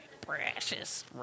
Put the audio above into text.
Precious